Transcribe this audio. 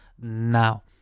now